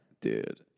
Dude